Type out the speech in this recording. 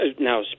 now